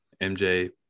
mj